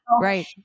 right